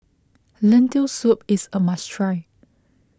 Lentil Soup is a must try